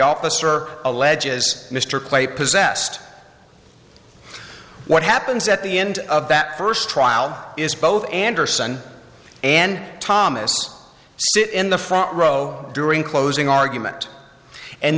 officer alleges mr clay possessed what happens at the end of that first trial is both anderson and thomas sit in the front row during closing argument and